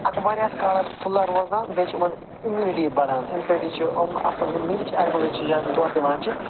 اَکھ واریاہَس کالَس فُلَر روزان بیٚیہِ چھِ یِمَن اِمیوٗنِٹی بَڑان اَمہِ سۭتۍ تہِ چھِ یِم اصٕل یِم مِلِچ اَنمٕلٕز چھِ یا یِم دۄد دِوان چھِ